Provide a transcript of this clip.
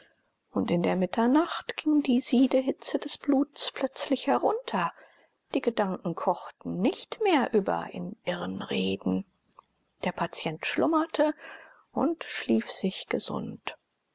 und in der mitternacht ging die siedehitze des bluts plötzlich herunter die gedanken kochten nicht mehr über in irren reden der patient schlummerte und schlief sich gesund